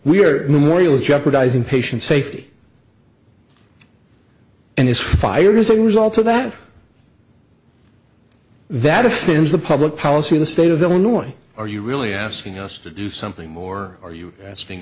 the morial jeopardizing patient safety and is fired as a result of that that offends the public policy in the state of illinois are you really asking us to do something more are you asking